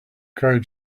crowd